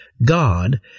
God